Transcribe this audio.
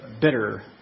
bitter